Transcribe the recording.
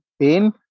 pain